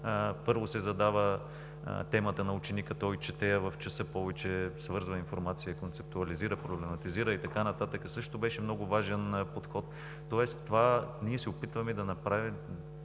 първо се задава темата на ученика – чете в час повече, свързва информация, концептуализира, проблематизира и така нататък, също беше много важен подход. Тоест с това ние се опитваме да направим